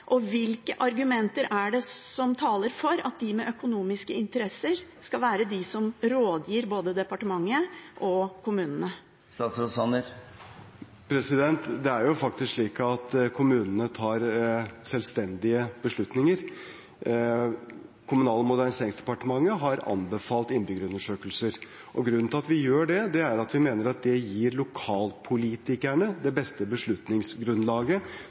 og hvilke argumenter er det som taler for at de med økonomiske interesser skal være de som gir råd til både departementet og kommunene? Det er faktisk slik at kommunene tar selvstendige beslutninger. Kommunal- og moderniseringsdepartementet har anbefalt innbyggerundersøkelser. Grunnen til at vi gjør det, er at vi mener at det gir lokalpolitikerne det beste beslutningsgrunnlaget